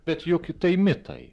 bet juk tai mitai